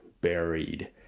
buried